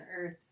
earth